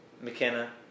McKenna